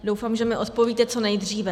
Doufám, že mi odpovíte co nejdříve.